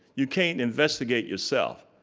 you can't investigate yourself,